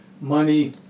money